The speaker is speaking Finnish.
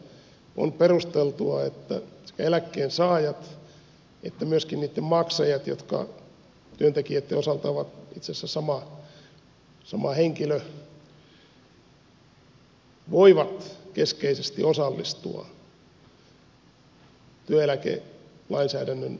tästä syystä on perusteltua että sekä eläkkeen saajat että myöskin niitten maksajat jotka työntekijöitten osalta ovat itse asiassa sama henkilö voivat keskeisesti osallistua työeläkelainsäädännön valmisteluun